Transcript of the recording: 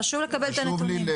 חשוב לקבל את הנתון.